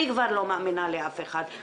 אני כבר לא מאמינה לאף אחד.